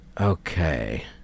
okay